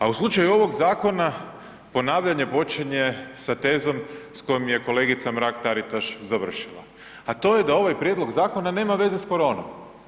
A u slučaju ovog zakona ponavljanje počinje sa tezom s kojom je kolegica Mrak Taritaš završila, a to je da ovaj prijedlog zakona nema veze s koronom.